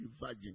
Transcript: virgin